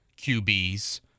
QBs